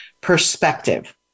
perspective